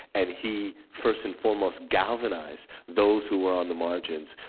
and he, first and foremost, galvanized those who were on the margins,